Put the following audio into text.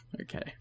Okay